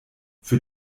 für